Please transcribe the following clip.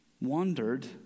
wandered